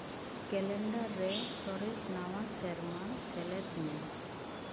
calendar ᱨᱮ ᱥᱚᱨᱮᱥ ᱱᱟᱣᱟ ᱥᱮᱨᱢᱟ ᱥᱮᱞᱮᱫ ᱢᱮ